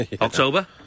October